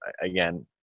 again